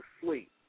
sleep